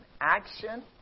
action